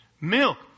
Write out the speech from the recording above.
Milk